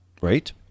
Right